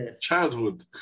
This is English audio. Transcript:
childhood